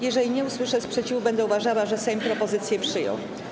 Jeżeli nie usłyszę sprzeciwu, będę uważała, że Sejm propozycje przyjął.